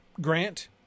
grant